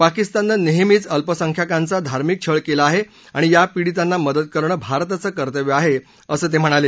पाकिस्ताननं नेहमीच अल्पसंख्याकांचा धार्मिक छळ केला आहे आणि या पीडितांना मदत करणं भारताचं कर्तव्य आहे असं ते म्हणाले